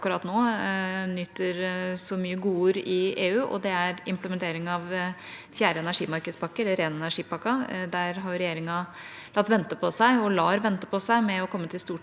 akkurat nå nyter så mange godord i EU. Det er bl.a. imple menteringen av fjerde energimarkedspakke, eller ren energi-pakka. Der har regjeringa latt vente på seg – og lar vente på seg – med å komme til